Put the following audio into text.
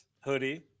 hoodie